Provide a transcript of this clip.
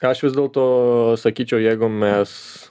ką aš vis dėlto sakyčiau jeigu mes